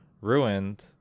ruined